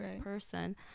person